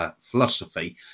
philosophy